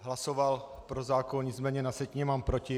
Hlasoval jsem pro zákon, nicméně na sjetině mám proti.